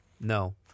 No